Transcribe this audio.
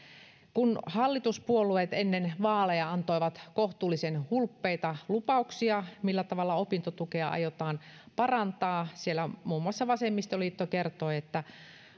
kun hallituspuolueet ennen vaaleja antoivat kohtuullisen hulppeita lupauksia millä tavalla opintotukea aiotaan parantaa siellä muun muassa vasemmistoliitto kertoi että